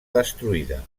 destruïda